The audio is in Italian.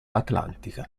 atlantica